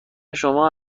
شما